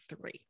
three